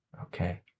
okay